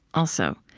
also,